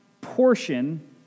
portion